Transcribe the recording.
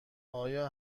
آیا